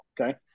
okay